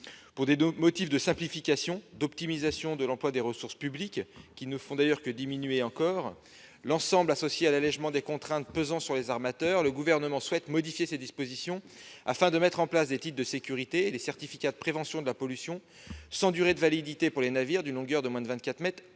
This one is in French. Pour des motifs de simplification et d'optimisation de l'emploi des ressources publiques, qui ne font- encore ! -que diminuer, et afin d'alléger les contraintes pesant sur les armateurs, le Gouvernement souhaite modifier ces dispositions pour mettre en place des titres de sécurité et des certificats de prévention de la pollution sans durée de validité pour les navires d'une longueur de moins de 24 mètres,